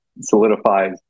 solidifies